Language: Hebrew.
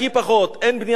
מעט, אין בנייה בירושלים,